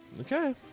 Okay